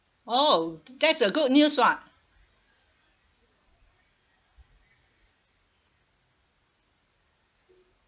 oh that's a good news [what]